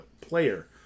player